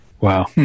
Wow